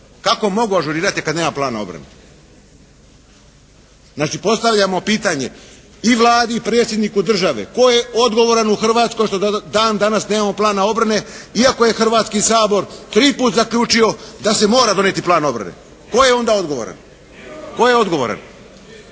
Kako mogu ažurirati kad nema plana obrane? Znači, postavljamo pitanje i Vladi i predsjedniku države tko je odgovoran u Hrvatskoj što do dan danas nemamo plana obrane iako je Hrvatski sabor tri puta zaključio da se mora donijeti plan obrane. Tko je onda odgovoran? Tko će dati